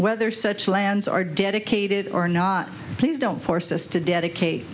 whether such lands are dedicated or not please don't force us to dedicate